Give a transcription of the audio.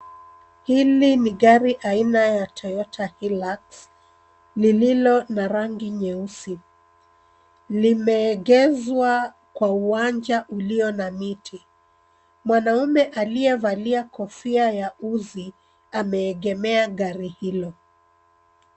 Hili ni gari aina ya Toyota Hillux lililo na rangi nyeusi, limeegezwa kwa uwanja ulio na miti. Mwanaume aliyevalia kofia ya uzi ameegemea gari hilo.